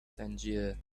tangier